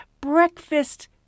breakfast